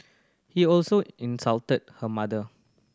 he also insulted her mother